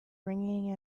ringing